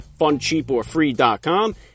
FunCheapOrFree.com